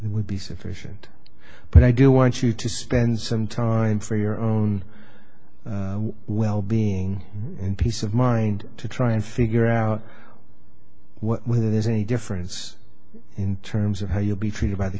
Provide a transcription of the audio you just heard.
would be sufficient but i do want you to spend some time for your own well being and peace of mind to try and figure out whether there's any difference in terms of how you'll be treated by the